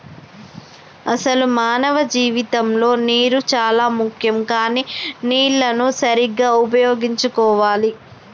అసలు మానవ జీవితంలో నీరు చానా ముఖ్యం కానీ నీళ్లన్ను సరీగ్గా ఉపయోగించుకోవాలి